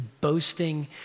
boasting